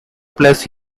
plus